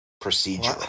procedure